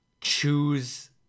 choose